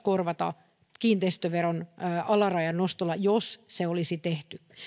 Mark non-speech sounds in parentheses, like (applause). (unintelligible) korvata kiinteistöveron alarajan nostolla jos se olisi tehty